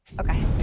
Okay